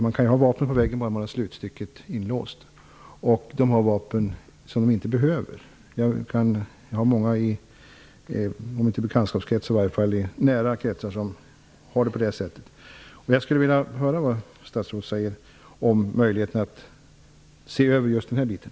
Man kan ha vapen på väggen bara man har slutstycket inlåst. Om än inte i min bekantskapskrets, så finns det många i min nära krets som har dem på det sättet. Jag skulle vilja höra vad statsrådet säger om möjligheten att se över det hela.